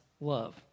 love